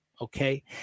Okay